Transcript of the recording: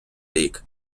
рік